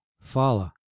Fala